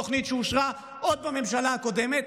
תוכנית שאושרה עוד בממשלה הקודמת,